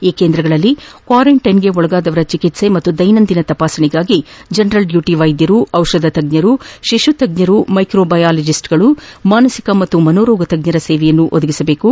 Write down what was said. ಈ ಕೇಂದ್ರಗಳಲ್ಲಿ ಕ್ನಾರಂಟ್ಟಿನ್ಗೆ ಒಳಗಾದವರ ಚಿಕಿತ್ವೆ ಪಾಗೂ ದೈನಂದಿನ ತಪಾಸಣೆಗಾಗಿ ಜನರಲ್ ಡ್ಯೂಟ ವೈದ್ಯರು ದಿಪಧತಜ್ಞರು ಶಿಶುತಜ್ಞರು ಮೈಕ್ರೋ ಬಯಲಾಜಿಸ್ಟ್ಗಳು ಮಾನಸಿಕ ಮತ್ತು ಮನೋರೋಗ ತಜ್ಞರ ಸೇವೆಯನ್ನು ಒದಗಿಸಬೇಕು